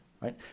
right